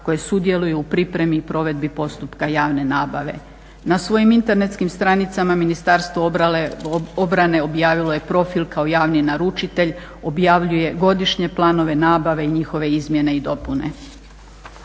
koje sudjeluju u pripremi i provedbi postupka javne nabave. Na svojim internetskim stranicama Ministarstvo obrane objavilo je profil kao javni naručitelj, objavljuje godišnje planove nabave i njihove izmjene i dopune.